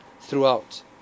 throughout